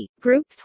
Group